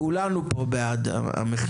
כולנו פה בעד המכינות.